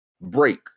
break